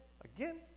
again